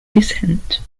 descent